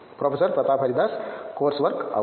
professor Pratap Haridas course work అవును